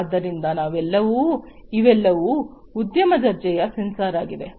ಆದ್ದರಿಂದ ಇವೆಲ್ಲವೂ ಉದ್ಯಮ ದರ್ಜೆಯ ಸೆನ್ಸಾರ್ ಗಳಾಗಿವೆ